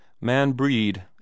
Man-breed